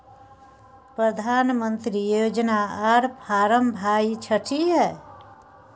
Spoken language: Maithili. प्रधानमंत्री योजना आर फारम भाई छठी है?